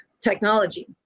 technology